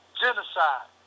genocide